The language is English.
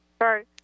Sorry